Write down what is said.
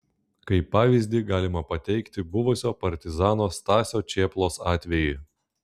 kaip pavyzdį galima pateikti buvusio partizano stasio čėplos atvejį